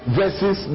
verses